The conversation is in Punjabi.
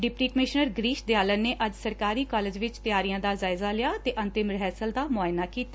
ਡਿਪਟੀ ਕਮਿਸ਼ਨਰ ਗਿਰੀਸ਼ ਦਿਆਲਨ ਨੇ ਅੱਜ ਸਰਕਾਰੀ ਕਾਲਜ ਵਿਚ ਤਿਆਰੀਆਂ ਦਾ ਜਾਇਜ਼ਾ ਲਿਆ ਅਤੇ ਅੰਤਮ ਰਿਹਰਸਲ ਦਾ ਮੁਆਇਨਾ ਕੀਤਾ